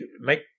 make